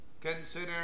Consider